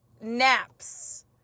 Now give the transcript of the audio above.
naps